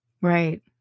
Right